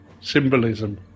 symbolism